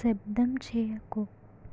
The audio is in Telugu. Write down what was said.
శబ్దం చేయకు